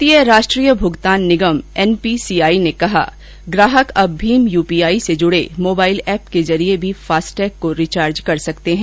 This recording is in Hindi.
भारतीय राष्ट्रीय भुगतान निगम छ च ब प ने कहा है कि ग्राहक अब भीम ह प से जुडे मोबाइल एप के जरिये भी फास्टैग को रिचार्ज कर सकते हैं